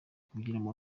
kubigiramo